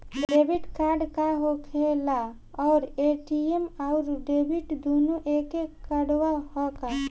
Debit card का होखेला और ए.टी.एम आउर डेबिट दुनों एके कार्डवा ह का?